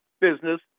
business